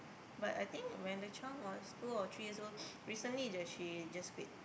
but I think when the child was two or three years old recently sahaja she just quit